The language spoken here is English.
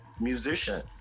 musician